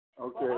Okay